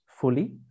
fully